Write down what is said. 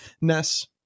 ness